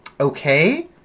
okay